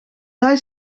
zij